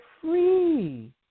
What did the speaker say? free